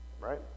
Right